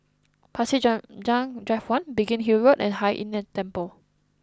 Pasir Panjang Drive One Biggin Hill Road and Hai Inn the Temple